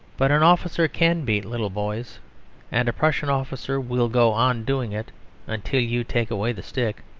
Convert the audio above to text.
but an officer can beat little boys and a prussian officer will go on doing it until you take away the stick.